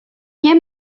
nie